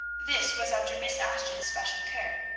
this was under miss ashton's special care,